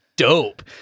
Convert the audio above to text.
dope